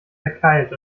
verkeilt